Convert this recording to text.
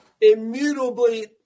immutably